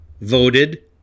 voted